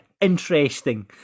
interesting